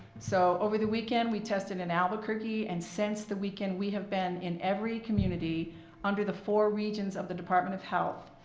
so over the weekend we tested in albuquerque. and since the weekend we have been in every community under the four regions of the department of health.